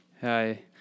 Hi